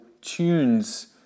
tunes